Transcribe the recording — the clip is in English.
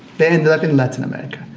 they ended up in latin america,